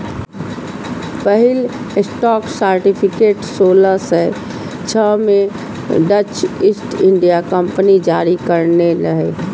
पहिल stock certificate सोलह सय छह मे डच ईस्ट इंडिया कंपनी जारी करने रहै